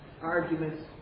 arguments